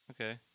Okay